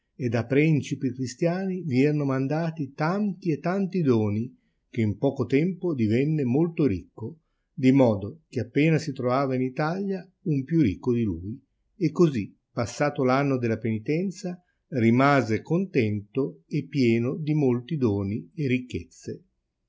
e da prencipi cristiani i erano mandati tanti e tanti doni che in poco tempo divenne molto ricco di modo che appena si trovava in italia un più ricco di lui e cosi passato r anno della penitenza rimase contento e pieno di molti doni e ricchezze